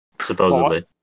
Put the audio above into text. Supposedly